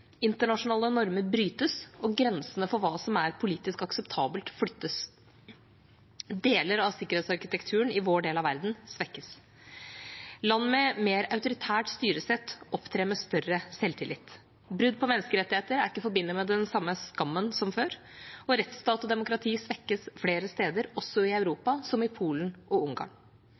Internasjonale normer brytes, og grensene for hva som er politisk akseptabelt, flyttes. Deler av sikkerhetsarkitekturen i vår del av verden svekkes. Land med et mer autoritært styresett opptrer med større selvtillit. Brudd på menneskerettigheter er ikke forbundet med samme skam som før. Rettsstat og demokrati svekkes flere steder, også i Europa, som i Polen og Ungarn.